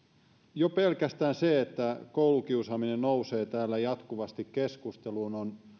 jo pelkästään se että koulukiusaaminen nousee täällä jatkuvasti keskusteluun on